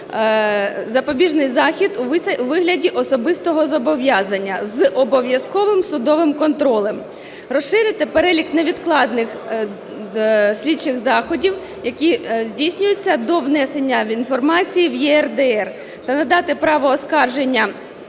запобіжний захід у вигляді особистого зобов'язання з обов'язковим судовим контролем; розширити перелік невідкладних слідчих заходів, які здійснюються до внесення інформації в ЄРДР; та надати право оскарження